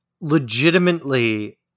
legitimately